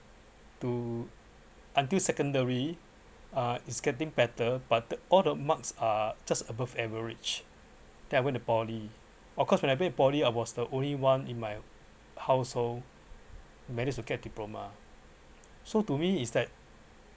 to until secondary uh is getting better but all the marks are just above average then I went to poly of course when I went to poly I was the only one in my household managed to get diploma so to me is that